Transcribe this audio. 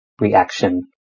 reaction